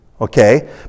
okay